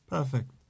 Perfect